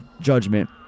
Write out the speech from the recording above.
judgment